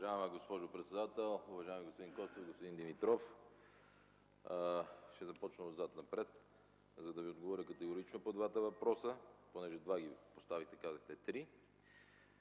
Уважаема госпожо председател, уважаеми господин Костов, господин Димитров! Ще започна отзад напред, за да Ви отговоря категорично по двата въпроса – два поставихте, а казахте три.